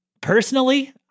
Personally